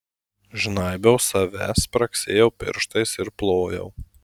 žnaibiau save spragsėjau pirštais ir plojau